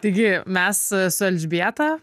taigi mes su elžbieta